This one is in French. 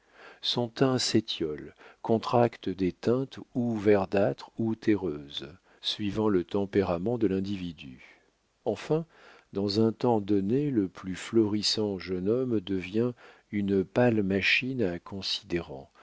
son teint s'étiole contracte des teintes ou verdâtres ou terreuses suivant le tempérament de l'individu enfin dans un temps donné le plus florissant jeune homme devient une pâle machine à